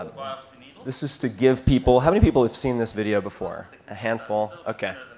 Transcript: ah i mean this is to give people how many people have seen this video before? a handful. ok.